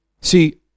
See